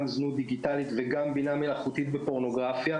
מבחינת זנות דיגיטלית וגם בינה מלאכותית בפורנוגרפיה.